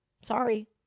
Sorry